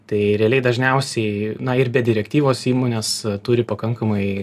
tai realiai dažniausiai na ir be direktyvos įmonės turi pakankamai